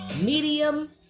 medium